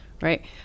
right